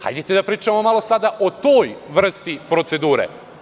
Hajdete da pričamo malo sada o toj vrsti procedure.